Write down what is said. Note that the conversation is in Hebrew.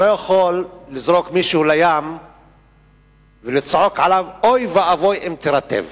אתה לא יכול לזרוק מישהו לים ולצעוק עליו: אוי ואבוי אם תירטב.